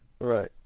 right